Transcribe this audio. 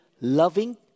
loving